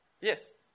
Yes